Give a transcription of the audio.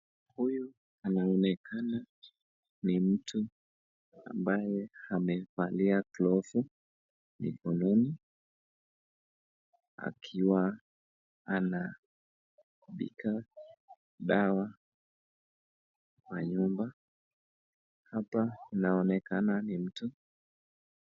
Huyu anaonekana ni mtu ambaye amevalia glovu mikononi akiwa anapika dawa kwa nyumba hapa naonekana ni mtu.